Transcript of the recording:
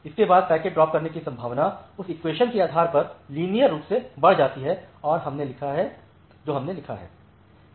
उसके बाद packets drop की संभावना उस इक्वेशॅन के आधार पर लीनियर रूप से बढ़ जाती है जो हमने लिखा है